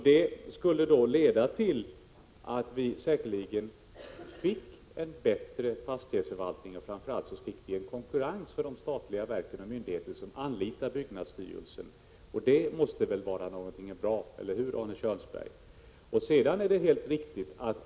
Det skulle säkerligen leda till att vi fick en bättre fastighetsförvaltning och framför allt en konkurrens som vore till fördel för de statliga verk och myndigheter som anlitar byggnadsstyrelsen, och det måste väl vara någonting bra — eller hur, Arne Kjörnsberg?